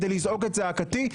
כדי לזעוק את זעקתי,